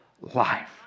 life